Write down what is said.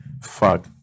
Fuck